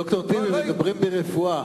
ד"ר טיבי, מדברים בענייני רפואה.